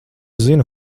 zinu